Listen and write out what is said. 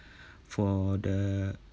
for the